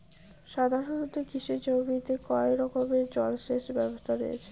সাধারণত কৃষি জমিতে কয় রকমের জল সেচ ব্যবস্থা রয়েছে?